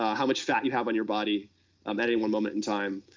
ah how much fat you have on your body um at any one moment in time,